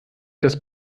das